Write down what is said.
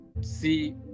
see